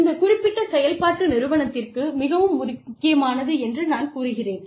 இந்த குறிப்பிட்ட செயல்பாடு நிறுவனத்திற்கு மிகவும் முக்கியமானது என்று நான் கூறுகிறேன்